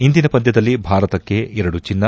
ಇಂದಿನ ಪಂದ್ಯದಲ್ಲಿ ಭಾರತಕ್ಕೆ ಎರಡು ಚಿನ್ನ